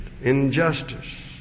injustice